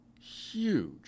huge